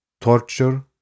torture